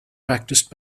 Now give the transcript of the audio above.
practised